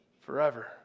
forever